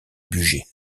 bugey